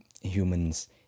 humans